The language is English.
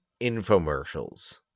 infomercials